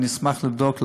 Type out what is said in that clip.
אשמח לבדוק,